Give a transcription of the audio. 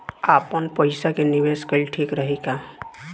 आपनपईसा के निवेस कईल ठीक रही का?